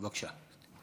בבקשה.